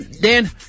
Dan